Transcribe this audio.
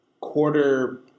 quarter